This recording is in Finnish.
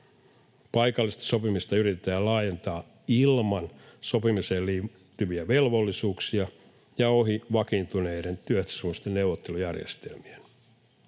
Paikallista sopimista yritetään laajentaa ilman sopimiseen liittyviä velvollisuuksia ja ohi vakiintuneiden työehtosopimusten neuvottelujärjestelmien.